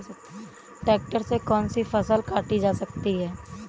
Tractor से कौन सी फसल काटी जा सकती हैं?